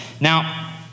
Now